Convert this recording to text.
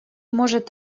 может